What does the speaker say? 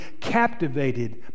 captivated